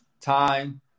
time